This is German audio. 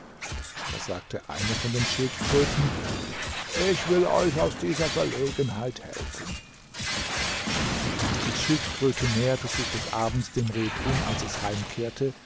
da sagte eine von den schildkröten ich will euch aus dieser verlegenheit helfen die schildkröte näherte sich des abends dem rebhuhn als es heimkehrte